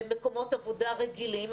במקומות עבודה רגילים,